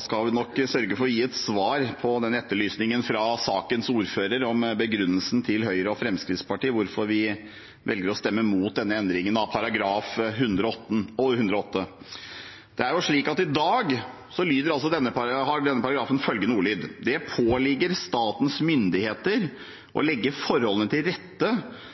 skal vi nok sørge for å gi et svar på den etterlysningen fra sakens ordfører om begrunnelsen til Høyre og Fremskrittspartiet for hvorfor vi velger å stemme imot denne endringen av § 108. I dag har denne paragrafen følgende ordlyd: «Det påligger statens myndigheter å legge forholdene til rette for at den samiske folkegruppe kan sikre og utvikle sitt språk, sin kultur og